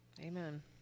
Amen